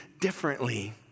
differently